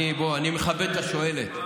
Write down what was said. אני מכבד את השואלת.